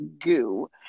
goo